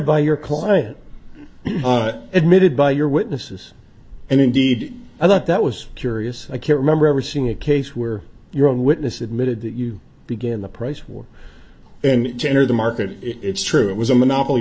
buy your client but admitted by your witnesses and indeed i thought that was curious i can't remember ever seeing a case where your own witness admitted that you began the price war and to enter the market it's true it was a monopoly